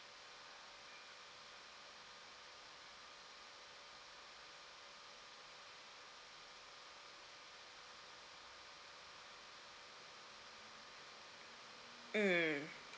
mm